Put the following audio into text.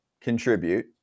contribute